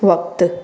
वक़्तु